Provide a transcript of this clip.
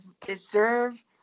deserve